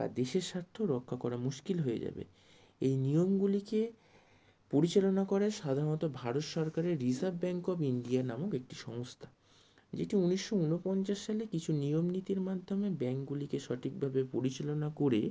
বা দেশের স্বার্থ রক্ষা করা মুসকিল হয়ে যাবে এই নিয়মগুলিকে পরিচালনা করে সাধারণত ভারত সরকারের রিজার্ভ ব্যাঙ্ক অফ ইন্ডিয়া নামক একটি সংস্থা যেটি উনিশশো উনপঞ্চাশ সালে কিছু নিয়ম নীতির মাধ্যমে ব্যাঙ্কগুলিকে সঠিকভাবে পরিচালনা করে